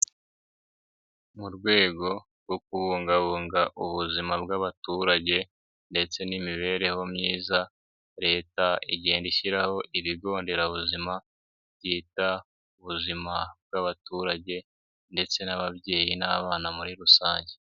Mu rwego rwo kubungabunga ubuzima bw'abaturage ndetse n'imibereho myiza, Leta igenda ishyiraho ibigo nderabuzima byita ku buzima bw'abaturage ndetse n'ababyeyi n'abana muri rusange.